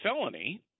felony